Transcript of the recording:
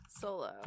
Solo